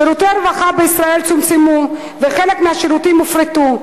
שירותי הרווחה בישראל צומצמו וחלק מהשירותים הופרטו.